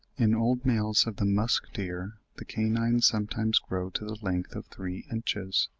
in old males of the musk-deer the canines sometimes grow to the length of three inches,